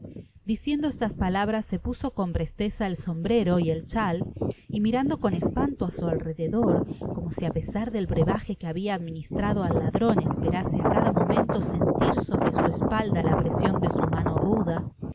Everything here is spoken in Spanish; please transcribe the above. diciendo estas palabras se puso con presteza el sombrero y el chai y mirando con espanto á su alrededor como si á pesar del brebaje que habia administrado al ladron esperase á cada momento sentir sobre su espalda la presion de su mano roda